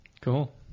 Cool